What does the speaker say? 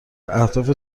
اهداف